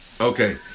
Okay